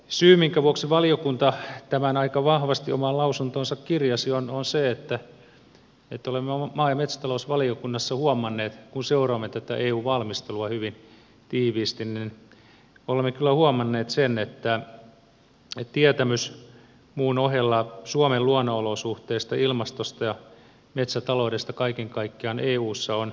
syy minkä vuoksi valiokunta tämän aika vahvasti omaan lausuntoonsa kirjasi on se että olemme maa ja metsätalousvaliokunnassa kyllä huomanneet kun seuraamme tätä eu valmistelua hyvin tiiviisti että tietämys muun ohella suomen luonnonolosuhteista ilmastosta ja metsätaloudesta on kaiken kaikkiaan eussa erittäin puutteellista